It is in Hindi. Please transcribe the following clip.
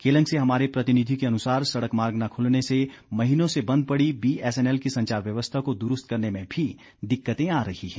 केलंग से हमारे प्रतिनिधि के अनुसार सड़क मार्ग न खुलने से महीनों से बंद पड़ी बीएसएनएल की संचार व्यवस्था को दुरूस्त करने में भी दिक्कतें आ रही हैं